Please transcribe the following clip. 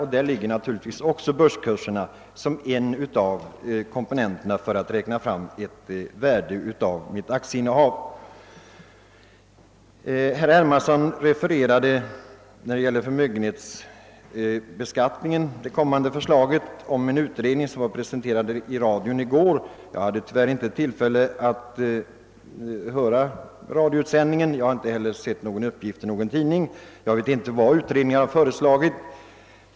Härvid är naturligtvis börskurserna en av komponenterna. I fråga om förmögenhetsbeskattningen refererade herr Hermansson gårdagens presentation i radion av det kommande utredningsförslaget. Jag hade tyvärr inte tillfälle att höra detta radioprogram, och jag har heller inte läst någonting om förslaget i tidningarna. Jag vet alltså inte vad utredningen kommer att föreslå.